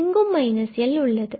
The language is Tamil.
இங்கு L உள்ளது